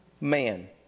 man